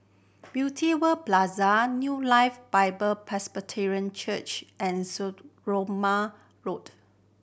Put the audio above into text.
Beauty World Plaza New Life Bible Presbyterian Church and Stagmont Road